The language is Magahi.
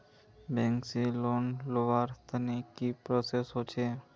बैंक से लोन लुबार तने की की प्रोसेस होचे?